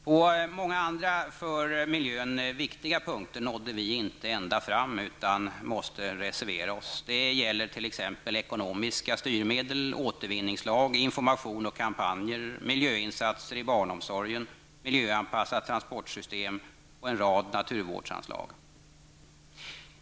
På många andra för miljön viktiga punkter nådde vi inte ända fram utan måste reservera oss. Det gäller t.ex. ekonomiska styrmedel, återvinningslag, information och kampanjer, miljöinsatser i barnomsorgen, miljöanpassat transportsystem och en rad naturvårdsanslag.